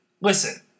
Listen